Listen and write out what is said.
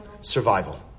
survival